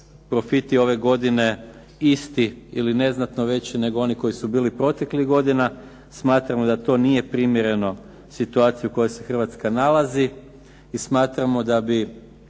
profiti ove godine isti ili neznatno veći nego oni koji su bili proteklih godina. Smatramo da to nije primjerno situaciji u kojoj se Hrvatska nalazi i smatramo da bi